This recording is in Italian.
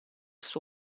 suo